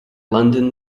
london